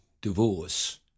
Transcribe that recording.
divorce